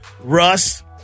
Russ